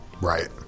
Right